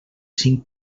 cinc